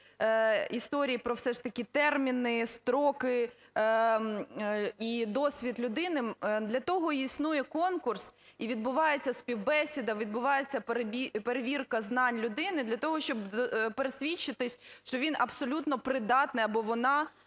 історій про все ж таки терміни, строки і досвід людини. Для того і існує конкурс, і відбувається співбесіда, відбувається перевірка знань людини, для того, щоб пересвідчитись, що він абсолютно придатний, або вона,